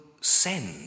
send